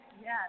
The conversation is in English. Yes